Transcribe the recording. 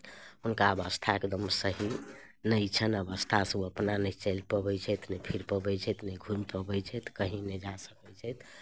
हुनका अवस्था एकदम सही नहि छनि अवस्थासँ ओ अपना नहि चलि पबैत छथि नहि फिर पबैत छथि नहि घुमि पबैत छथि कहीँ नहि जा सकैत छथि